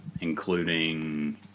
including